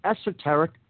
esoteric